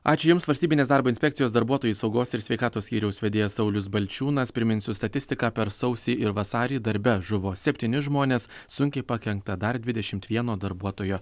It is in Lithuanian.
ačiū jums valstybinės darbo inspekcijos darbuotojų saugos ir sveikatos skyriaus vedėjas saulius balčiūnas priminsiu statistiką per sausį ir vasarį darbe žuvo septyni žmonės sunkiai pakenkta dar dvidešimt vieno darbuotojo